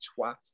twat